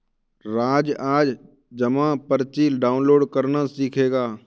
राज आज जमा पर्ची डाउनलोड करना सीखेगा